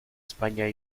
españa